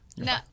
No